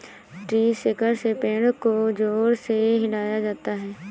tree shaker से पेड़ को जोर से हिलाया जाता है